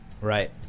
Right